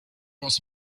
was